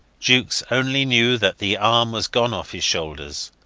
jukes only knew that the arm was gone off his shoulders.